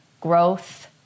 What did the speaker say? growth